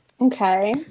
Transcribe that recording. Okay